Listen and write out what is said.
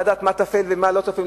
לדעת מה טפל ומה לא טפל,